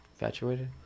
Infatuated